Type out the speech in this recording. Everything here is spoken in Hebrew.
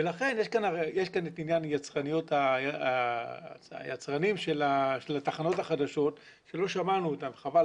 לכן יש כאן את עניין היצרנים של התחנות החדשות שלא שמענו אותם וחבל.